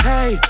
Hey